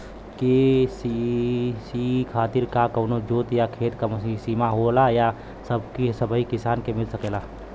KCC खातिर का कवनो जोत या खेत क सिमा होला या सबही किसान के मिल सकेला?